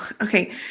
Okay